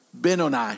Benoni